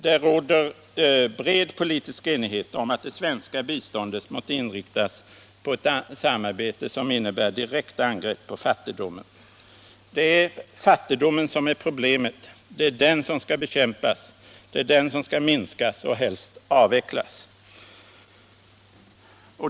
Det råder bred politisk enighet om att det svenska biståndet måste inriktas på ett samarbete som innebär direkta angrepp på fattigdomen. Det är fattigdomen som är problemet. Det är den som skall Internationellt utvecklingssamar bekämpas. Det är den som skall minskas och helst avvecklas.